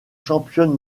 championne